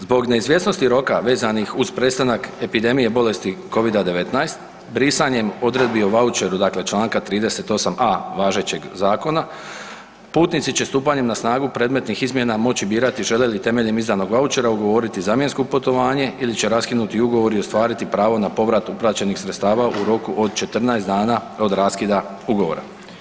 Zbog neizvjesnosti roka vezanih uz prestanak epidemije bolesti Covida-19, brisanjem odredbi o vaučeru, dakle čl. 38a važećeg zakona, putnici će stupanjem na snagu predmetnih izmjena moći birati žele li temeljem izdanog vaučera ugovoriti zamjensko putovanje ili će raskinuti ugovor i ostvariti pravo na povrat uplaćenih sredstava u roku od 14 dana od raskida ugovora.